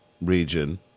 region